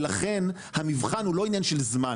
ולכן המבחן הוא לא עניין של זמן,